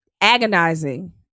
agonizing